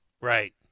Right